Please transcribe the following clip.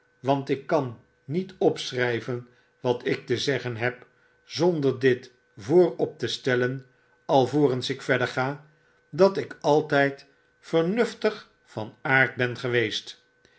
want ik kan niet opschryven wat ik te zeggen heb zonder dit voorop testellen alvorens ik verder ga dat ik altyd vernuftig van aard ben geweest